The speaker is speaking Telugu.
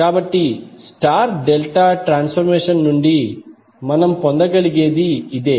కాబట్టి స్టార్ డెల్టా ట్రాన్సఫర్మేషన్ నుండి మనం పొందగలిగేది ఇదే